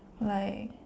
like